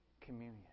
communion